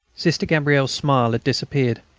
sister gabrielle's smile had disappeared.